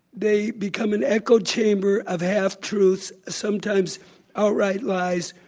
they become an echo chamber of half-truths, sometimes outright lies,